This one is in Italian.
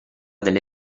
delle